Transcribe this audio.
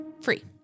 free